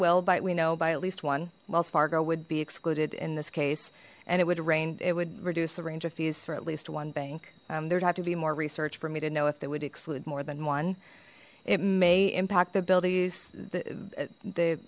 will bite we know by at least one wells fargo would be excluded in this case and it would rain it would reduce the range of fees for at least one bank there'd have to be more research for me to know if they would exclude more than one it may impact the abilities the the